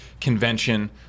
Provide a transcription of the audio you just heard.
convention